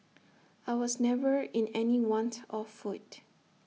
I was never in any want of food